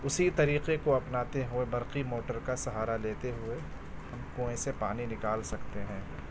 اسی طریقے کو اپناتے ہوئے برقی موٹر کا سہارا لیتے ہوئے ہم کنوئیں سے پانی نکال سکتے ہیں